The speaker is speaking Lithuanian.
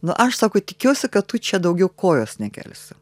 na aš sako tikiuosi kad tu čia daugiau kojos nekelsi